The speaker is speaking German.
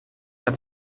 hat